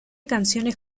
canciones